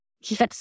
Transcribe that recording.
Yes